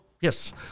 yes